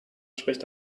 spricht